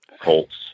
colts